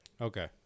okay